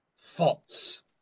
false